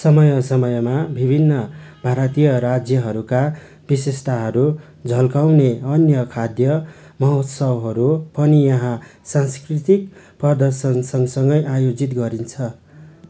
समय समयमा विभिन्न भारतीय राज्यहरूका विशेषताहरू झल्काउने अन्य खाद्य महोत्सवहरू पनि यहाँ सांस्कृतिक प्रदर्शनसँगसँगै आयोजित गरिन्छ